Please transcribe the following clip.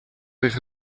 liggen